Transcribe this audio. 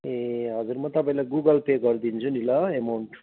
ए हजुर म तपाईँलाई गुगल पे गरिदिन्छु नि ल एमाउन्ट